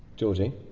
georgie?